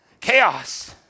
Chaos